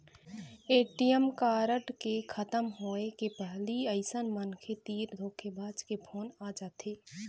ATM card के खतम होए के पहिली अइसन मनखे तीर धोखेबाज के फोन आ जाथे